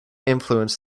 influence